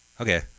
Okay